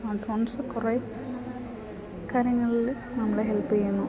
smart phones കുറെ കാര്യങ്ങളിൽ നമ്മളെ ഹെൽപ്പ് ചെയ്യുന്നു